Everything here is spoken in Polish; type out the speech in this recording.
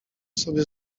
sobie